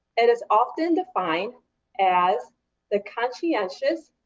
it is often defined as the conscientious,